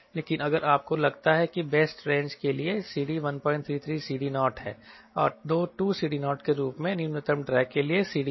लेकिन अगर आपको लगता है कि बेस्ट रेंज के लिए CD 133CD0 है और 2CD0 के रूप में न्यूनतम ड्रैग के लिए CD है